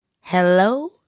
Hello